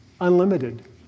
Unlimited